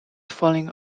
falling